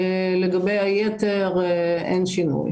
לגבי היתר אין שינוי.